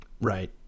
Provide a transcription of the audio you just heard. right